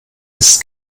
ist